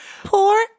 Poor